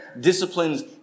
disciplines